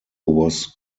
was